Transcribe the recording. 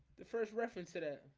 the first reference today